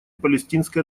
палестинской